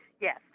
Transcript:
yes